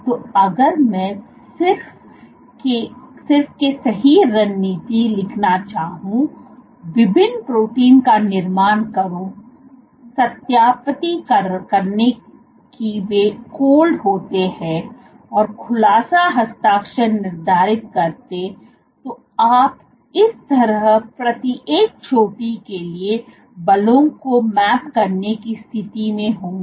तो अगर मैं सिर्फ के सही रणनीति लिखना चाहूं विभिन्न प्रोटीन का निर्माण करूं सत्यापित करें कि वे कोल्ड होते हैं और खुलासा हस्ताक्षर निर्धारित करते तो आप इस तरह प्रतिएक छोटी के लिए बलों को मैप करने की स्थिति में होंगे